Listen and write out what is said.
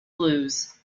blues